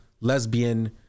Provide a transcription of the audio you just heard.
lesbian